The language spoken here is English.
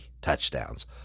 touchdowns